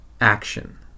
action